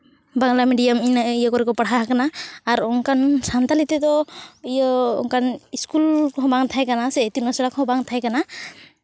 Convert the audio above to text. Bangla medium ᱤᱱᱟᱹ ᱤᱭᱟᱹ ᱠᱚᱨᱮ ᱠᱚ ᱯᱟᱲᱦᱟᱣ ᱠᱟᱱᱟ ᱟᱨ ᱚᱱᱠᱟᱱ ᱥᱟᱱᱛᱟᱲᱤ ᱛᱮᱫᱚ ᱤᱭᱟᱹ ᱚᱱᱠᱟᱱ ᱤᱥᱠᱩᱞ ᱠᱚᱦᱚᱸ ᱵᱟᱝ ᱛᱟᱦᱮᱸ ᱠᱟᱱᱟ ᱥᱮ ᱤᱛᱩᱱ ᱟᱥᱲᱟ ᱠᱚᱦᱚᱸ ᱵᱟᱝ ᱛᱟᱦᱮᱸ ᱠᱟᱱᱟ